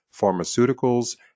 pharmaceuticals